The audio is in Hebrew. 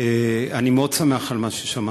אני מאוד שמח על מה ששמעתי,